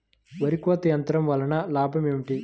వరి కోత యంత్రం వలన లాభం ఏమిటి?